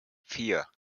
vier